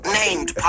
named